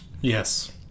Yes